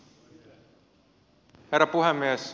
herra puhemies